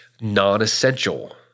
non-essential